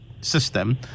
system